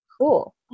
Cool